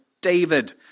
David